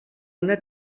una